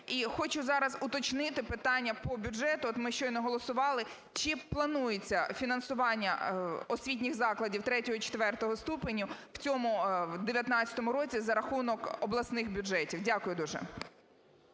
хочу зараз уточнити питання по бюджету, от ми щойно голосували. Чи планується фінансування освітніх закладів III-IV ступенів в цьому 2019 році за рахунок обласних бюджетів? Дякую дуже.